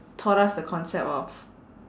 taught us the concept of